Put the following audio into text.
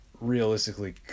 realistically